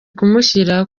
kumushyira